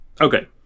Okay